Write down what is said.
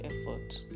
effort